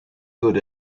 good